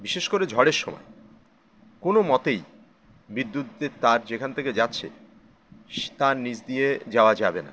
বিশেষ করে ঝড়ের সময় কোনো মতেই বিদ্যুতের তার যেখান থেকে যাচ্ছে তার নিজ দিয়ে যাওয়া যাবে না